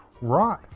Right